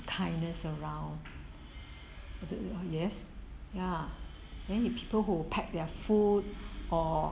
kindness around yes ya then you people who pack their food or